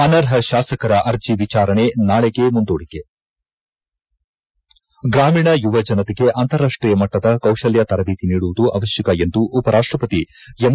ಅನರ್ಹ ಶಾಸಕರ ಅರ್ಜೆ ವಿಚಾರಣೆ ನಾಳೆಗೆ ಮುಂದೂಡಿಕೆ ಗ್ರಾಮೀಣ ಯುವ ಜನತೆಗೆ ಅಂತಾರಾಷ್ಷೀಯ ಮಟ್ನದ ಕೌಶಲ್ಯ ತರದೇತಿ ನೀಡುವುದು ಅವಶ್ಯಕ ಎಂದು ಉಪ ರಾಷ್ಷಪತಿ ಎಂ